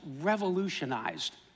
revolutionized